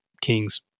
Kings